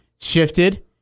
shifted